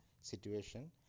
situation